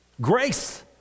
Grace